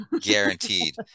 guaranteed